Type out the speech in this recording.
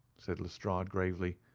said lestrade gravely,